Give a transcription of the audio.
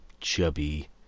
chubby